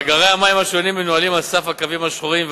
מאגרי המים השונים מנוהלים על סף הקווים השחורים,